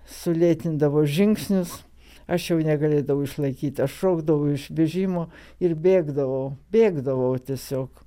sulėtindavo žingsnius aš jau negalėdavau išlaikyt aš šokdavau iš vežimo ir bėgdavau bėgdavau tiesiog